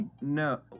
no